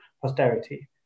posterity